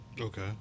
Okay